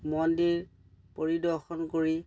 মন্দিৰ পৰিদৰ্শন কৰি